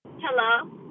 Hello